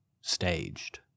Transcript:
staged